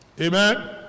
Amen